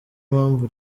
mpamvu